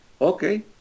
okay